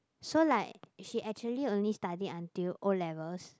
so like she actually only study until O-levels